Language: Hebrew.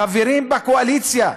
חברים בקואליציה,